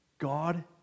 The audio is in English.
God